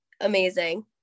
amazing